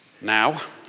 now